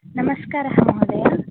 नमस्कारः महोदय